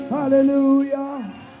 Hallelujah